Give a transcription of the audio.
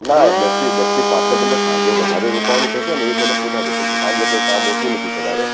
ના દસ દસ થી પાંચને બદલે સાંજે વધારે રોકાવાનું થશે ને એ મને પોસાશે પછી સાંજે કંઈ કામ હોતું નથી વધારે